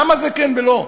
למה זה כן וזה לא?